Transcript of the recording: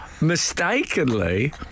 mistakenly